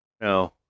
No